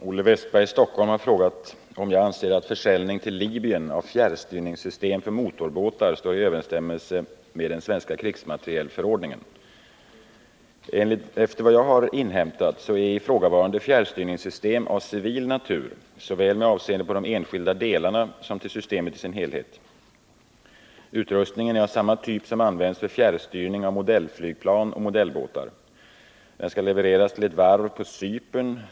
Det statliga företaget Telub — som i dagarna börjar en utbildning av närmare 100 libyska militärer i bl.a. radarteknik och telekommunikation — har skrivit kontrakt om försäljning av ett system för fjärrstyrning av snabbgående motorbåtar till Libyen.